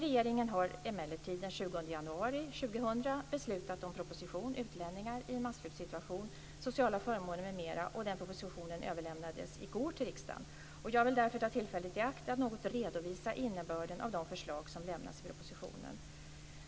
Regeringen har emellertid den 20 januari 2000 avgett proposition 1999/2000:42 Utlänningar i en massflyktsituation, sociala förmåner m.m. Propositionen överlämnades i går till riksdagen, och jag vill därför ta tillfället i akt att något redovisa innebörden av de förslag som lämnas i propositionen.